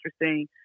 interesting